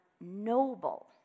noble